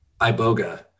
iboga